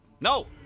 No